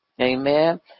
Amen